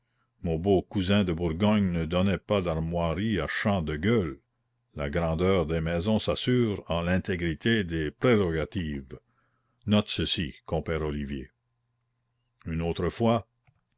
mon beau cousin de bourgogne ne donnait pas d'armoiries à champ de gueules la grandeur des maisons s'assure en l'intégrité des prérogatives note ceci compère olivier une autre fois